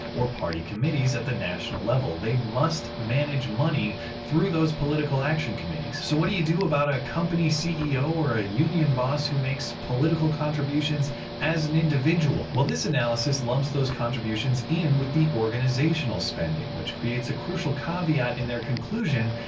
or party committees at the national level they must manage money through those political action committees. so, what do you do about a company ceo or a union boss, who makes political contributions as an individual? well, this analysis lumps those contributions in with the organizational spending. which creates a crucial caveat in their conclusion,